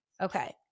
Okay